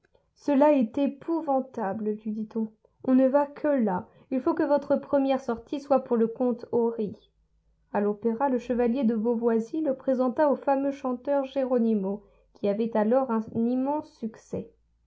cela est épouvantable lui dit-on on ne va que là il faut que votre première sortie soit pour le comte ory a l'opéra le chevalier de beauvoisis le présenta au fameux chanteur geronimo qui avait alors un immense succès